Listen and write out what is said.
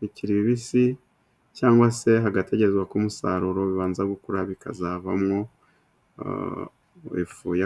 bikiri bibisi cyangwa se hagategerezwa ko umusaruro ubanza gukura, bikazavamwo ifu yakawunga.